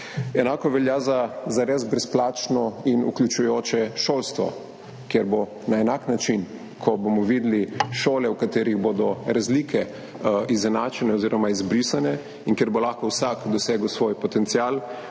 Enako velja za zares brezplačno in vključujoče šolstvo, kjer bo na enak način. Ko bomo videli šole, v katerih bodo razlike izenačene oziroma izbrisane in kjer bo lahko vsak dosegel svoj potencial,